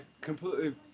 completely